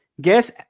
Guess